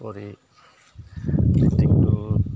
পঢ়ি মেট্রিকটো